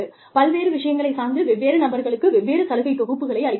பல்வேறு விஷயங்களைச் சார்ந்து வெவ்வேறு நபர்களுக்கு வெவ்வேறு சலுகை தொகுப்புகளை அளிப்பதாகும்